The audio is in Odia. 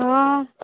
ହଁ